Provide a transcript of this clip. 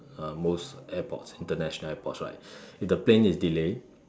uh most airports international airports right if the plane is delayed